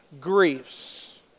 griefs